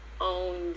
owned